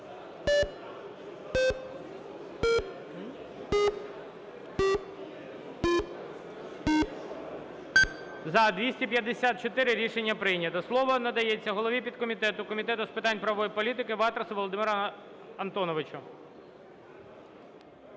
За-254 Рішення прийнято. Слово надається голові підкомітету Комітету з питань правової політики Ватрасу Володимиру Антоновичу.